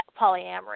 polyamory